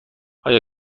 آیا